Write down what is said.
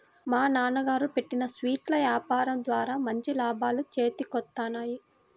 మా నాన్నగారు పెట్టిన స్వీట్ల యాపారం ద్వారా మంచి లాభాలు చేతికొత్తన్నాయి